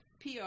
PR